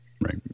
Right